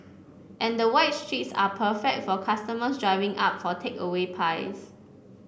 and the wide streets are perfect for customers driving up for takeaway pies